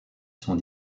sont